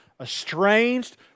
estranged